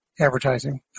advertising